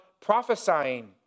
prophesying